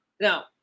Now